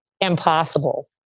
impossible